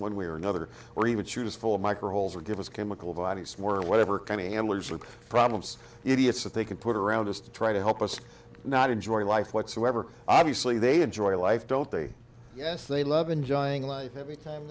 one way or another or even shoot us full of micro holes or give us chemical bodies more or whatever kind of handlers or problems idiots that they can put around us to try to help us not enjoying life whatsoever obviously they enjoy life don't they yes they love enjoying life every time